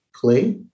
play